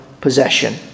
possession